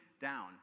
down